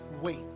wait